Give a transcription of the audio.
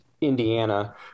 Indiana